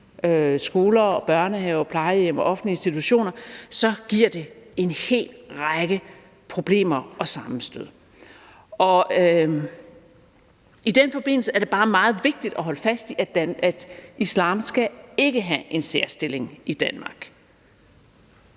skoler og børnehaver og plejehjem og offentlige institutioner, så giver det en hel række problemer og sammenstød. I den forbindelse er det bare meget vigtigt at holde fast i, at islam ikke skal have en særstilling i Danmark.